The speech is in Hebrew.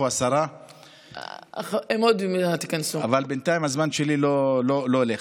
השר פרץ, הממונה החדש על האוכלוסייה הבדואית.